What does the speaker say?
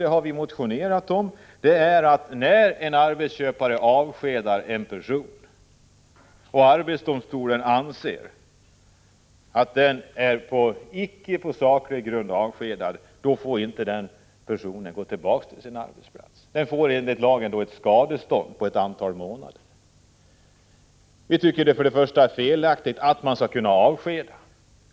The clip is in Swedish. Vi har motionerat om en sådan sak: När arbetsdomstolen anser att en person har avskedats utan saklig grund får denna person ändå inte gå tillbaka till sin arbetsplats. Han eller hon får enligt lagen ett skadestånd som motsvarar lönen för ett antal månader. Vi tycker först och främst att det är felaktigt att man skall kunna avskeda.